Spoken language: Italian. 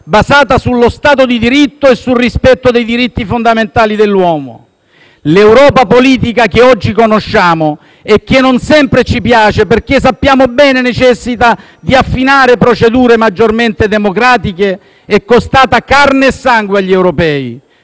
basata sullo stato di diritto e sul rispetto dei diritti fondamentali dell'uomo. L'Europa politica che oggi conosciamo e che non sempre ci piace, perché - come sappiamo bene - necessita di affinare procedure maggiormente democratiche, è costata carne e sangue agli europei,